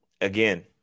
again